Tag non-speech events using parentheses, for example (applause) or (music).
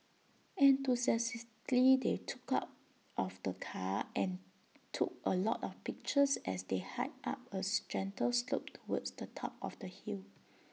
enthusiastically they took out of the car and took A lot of pictures as they hiked up A (unintelligible) gentle slope towards the top of the hill